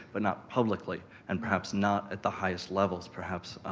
but not publicly, and perhaps not at the highest levels. perhaps